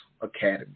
Academy